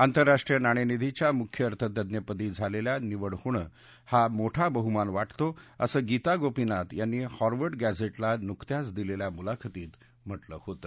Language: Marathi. आंतरराष्ट्रीय नाणेनिधीच्या मुख्य अर्थतज्ञपदी झालेल्या निवड होणं हा मोठा बहुमान वाटतो असं गीता गोपीनाथ यांनी हारवर्ड गॅझेटला नुकत्याच दिलेल्या मुलाखतीत म्हटलं होतं